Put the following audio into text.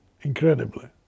incredibly